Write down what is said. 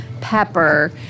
pepper